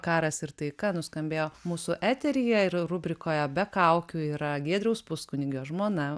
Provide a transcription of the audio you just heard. karas ir taika nuskambėjo mūsų eteryje ir rubrikoje be kaukių yra giedriaus puskunigio žmona